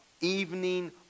evening